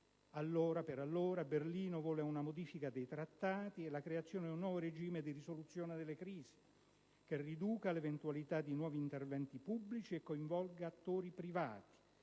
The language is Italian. Per quella data Berlino vuole una modifica dei Trattati e un nuovo meccanismo di risoluzione delle crisi che riduca l'eventualità di nuovi interventi pubblici e coinvolga attori privati.